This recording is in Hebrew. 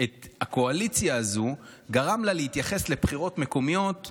את הקואליציה הזו גרם לה להתייחס לבחירות המקומיות כמו,